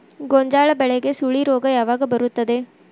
ಗೋಂಜಾಳ ಬೆಳೆಗೆ ಸುಳಿ ರೋಗ ಯಾವಾಗ ಬರುತ್ತದೆ?